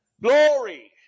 Glory